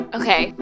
okay